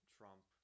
Trump